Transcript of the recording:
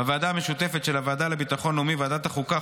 בוועדה המשותפת של הוועדה לביטחון לאומי וועדת החוקה,